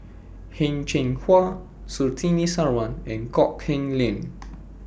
Heng Cheng Hwa Surtini Sarwan and Kok Heng Leun